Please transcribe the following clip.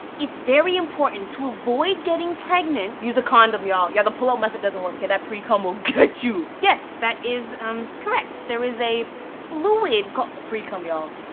it's very important to avoid getting pregnant. use a condom y'all. yeah, the pull-out method doesn't work. okay, that pre-cum will get you. yes, that is um correct. there is a fluid call. the pre-cum, y'all.